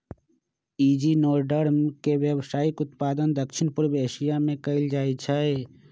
echinoderm के व्यावसायिक उत्पादन दक्षिण पूर्व एशिया में कएल जाइ छइ